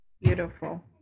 Beautiful